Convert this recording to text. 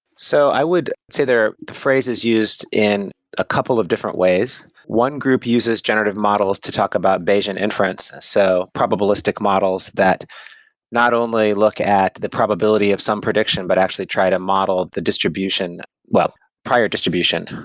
so i would say there the phrase is used in a couple of different ways. one group uses generative models to talk about bayesian inference, so probabilistic models that not only look at the probability of some prediction, but actually try to model the distribution well, prior distribution.